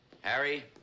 Harry